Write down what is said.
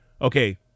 Okay